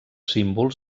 símbols